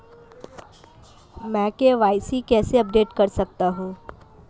मैं के.वाई.सी कैसे अपडेट कर सकता हूं?